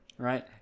Right